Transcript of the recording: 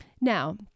Now